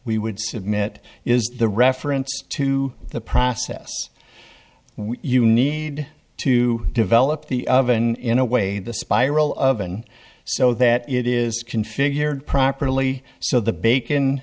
we would submit is the reference to the process you need to develop the oven in a way the spiral oven so that it is configured properly so the bacon